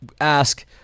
ask